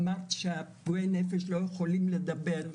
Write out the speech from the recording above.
אמרת שפגועי הנפש לא יכולים לדבר,